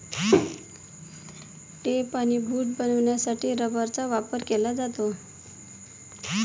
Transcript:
tape आणि boot बनवण्यासाठी रबराचा वापर केला जातो